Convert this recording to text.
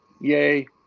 yay